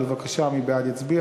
אז בבקשה, מי בעד, יצביע.